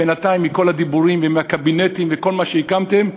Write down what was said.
בינתיים מכל הדיבורים ומהקבינטים וכל מה שהקמתם,